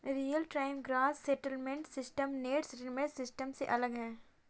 real time gross settlement system net settlement system से अलग है